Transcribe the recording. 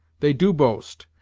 they do boast,